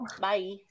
Bye